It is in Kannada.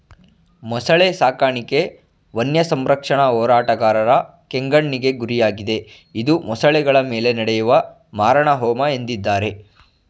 ಮೊಸಳೆ ಸಾಕಾಣಿಕೆ ವನ್ಯಸಂರಕ್ಷಣಾ ಹೋರಾಟಗಾರರ ಕೆಂಗಣ್ಣಿಗೆ ಗುರಿಯಾಗಿದೆ ಇದು ಮೊಸಳೆಗಳ ಮೇಲೆ ನಡೆಯುವ ಮಾರಣಹೋಮ ಎಂದಿದ್ದಾರೆ